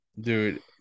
dude